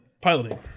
piloting